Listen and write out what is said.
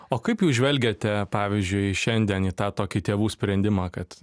o kaip jūs žvelgiate pavyzdžiui šiandien į tą tokį tėvų sprendimą kad